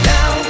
Now